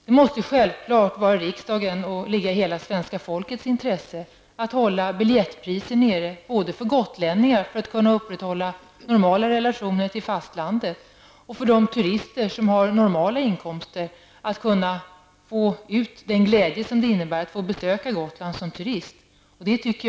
Det måste självfallet ligga i riksdagens och hela svenska folkets intresse att hålla biljettpriserna nere både för att gotlänningarna skall kunna upprätthålla normala relationer till fastlandet och för att turister med normala inkomster skall kunna få ut den glädje det innebär att som turist få besöka Gotland.